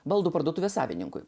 baldų parduotuvės savininkui